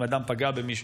אם אדם פגע במישהו,